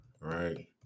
right